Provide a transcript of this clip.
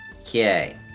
Okay